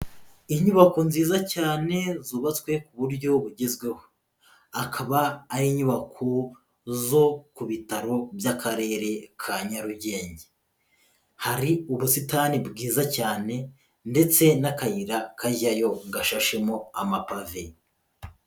Inyubako nziza cyane zubatswe ku buryo bugezweho. Akaba ari inyubako zo ku bitaro by'Akarere ka Nyarugenge. Hari ubusitani bwiza cyane ndetse n'akayira kajyayo gashashemo amapave.